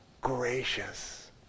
gracious